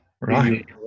right